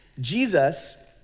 Jesus